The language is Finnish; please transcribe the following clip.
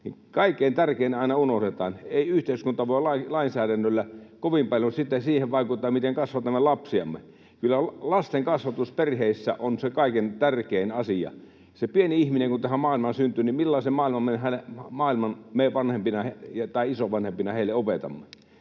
kaikkein tärkein aina unohdetaan: Ei yhteiskunta voi lainsäädännöllä kovin paljon vaikuttaa siihen, miten kasvatamme lapsiamme. Kyllä lastenkasvatus perheissä on se kaikkein tärkein asia. Kun se pieni ihminen tähän maailmaan syntyy, niin millaisen maailman me vanhempina tai isovanhempina heille opetamme?